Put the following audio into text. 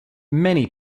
many